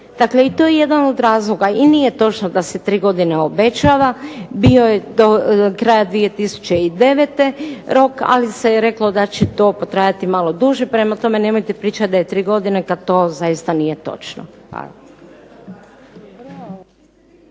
Dakle i to je jedan od razloga, i nije točno da se tri godine obećava. Bio je do kraja 2009. rok, ali se je reklo da će to potrajati malo duže. Prema tome, nemojte pričati da je tri godine, kad to zaista nije točno.